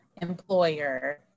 employer